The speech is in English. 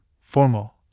formal